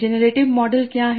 generative model क्या है